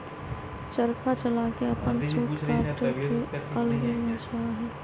चरखा चला के अपन सूत काटे के अलगे मजा हई